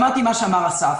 שמעתי מה אמר אסף